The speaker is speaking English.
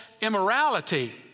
immorality